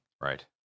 right